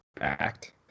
act